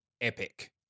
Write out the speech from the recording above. epic